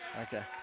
Okay